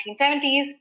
1970s